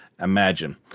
imagine